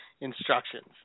Instructions